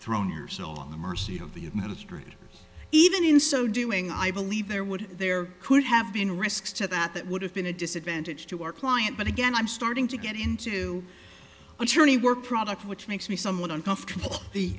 thrown yourself on the mercy of the administrator even in so doing i believe there would there could have been risks to that that would have been a disadvantage to our client but again i'm starting to get into attorney work product which makes me somewhat uncomfortable the